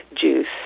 juice